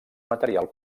material